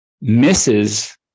misses